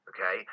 Okay